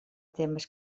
temes